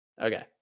Okay